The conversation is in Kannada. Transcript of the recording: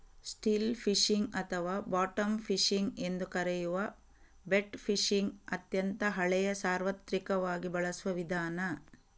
ಸ್ಟಿಲ್ ಫಿಶಿಂಗ್ ಅಥವಾ ಬಾಟಮ್ ಫಿಶಿಂಗ್ ಎಂದೂ ಕರೆಯುವ ಬೆಟ್ ಫಿಶಿಂಗ್ ಅತ್ಯಂತ ಹಳೆಯ ಸಾರ್ವತ್ರಿಕವಾಗಿ ಬಳಸುವ ವಿಧಾನ